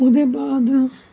ओहदे बाद